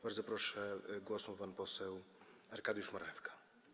Bardzo proszę, głos ma pan poseł Arkadiusz Marchewka.